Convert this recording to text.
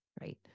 right